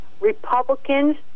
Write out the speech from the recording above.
Republicans